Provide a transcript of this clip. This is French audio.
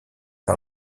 par